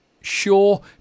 Sure